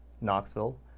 knoxville